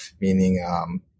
Meaning